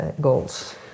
goals